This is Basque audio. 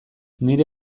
nire